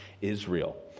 Israel